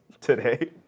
today